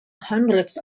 hundreds